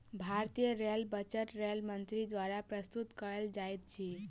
भारतीय rail budget rail मंत्री द्वारा प्रस्तुत कयल जाइत अछि